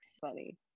Funny